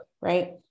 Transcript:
Right